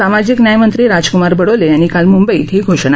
सामाजिक न्याय मंत्री राजकुमार बडोले यांनी काल मुंबईत ही घोषणा केली